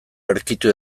aurkitu